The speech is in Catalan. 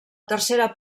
tercera